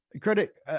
credit